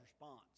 response